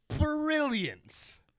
brilliance